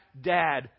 dad